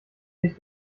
sich